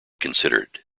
considered